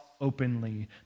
openly